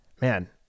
man